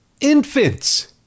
Infants